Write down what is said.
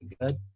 good